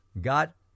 got